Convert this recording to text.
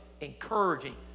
encouraging